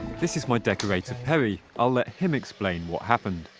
this is my decorator, perry. i'll let him explain what happened.